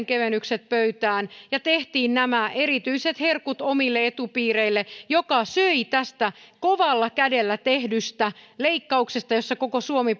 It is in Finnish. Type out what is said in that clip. kevennykset pöytään ja tehtiin nämä erityiset herkut omille etupiireille mikä söi tällä kovalla kädellä tehdyllä leikkauksella jossa koko suomi